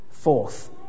Fourth